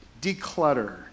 declutter